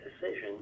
decision